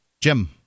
Jim